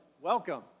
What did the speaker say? welcome